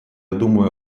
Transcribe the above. думаю